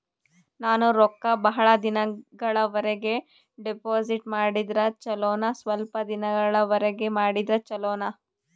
ನಾನು ರೊಕ್ಕ ಬಹಳ ದಿನಗಳವರೆಗೆ ಡಿಪಾಜಿಟ್ ಮಾಡಿದ್ರ ಚೊಲೋನ ಸ್ವಲ್ಪ ದಿನಗಳವರೆಗೆ ಮಾಡಿದ್ರಾ ಚೊಲೋನ?